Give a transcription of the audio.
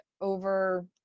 over